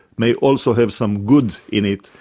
may also have some good in it,